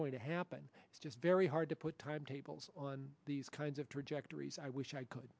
going to happen it's just very hard to put timetables on these kinds of trajectories i wish i could